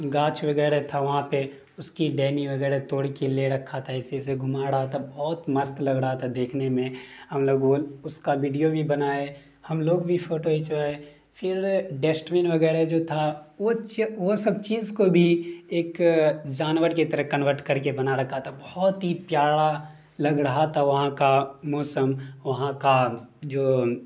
گاچھ وغیرہ تھا وہاں پہ اس کی ٹہنی وغیرہ توڑ کے لے رکھا تھا ایسے ایسے گھما رہا تھا بہت مست لگ رہا تھا دیکھنے میں ہم لوگ وہ اس کا ویڈیو بھی بنائے ہم لوگ بھی فوٹو کھچوائے پھر ڈسٹ بن وغیرہ جو تھا وہ وہ سب چیز کو بھی ایک جانور کی طرح کنورٹ کر کے بنا رکھا تھا بہت ہی پیارا لگ رہا تھا وہاں کا موسم وہاں کا جو